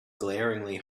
glaringly